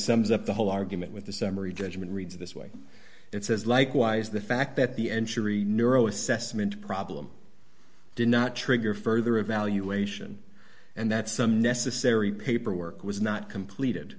sums up the whole argument with the summary judgment reads this way it says likewise the fact that the ensuring neuro assessment problem did not trigger further evaluation and that some necessary paperwork was not completed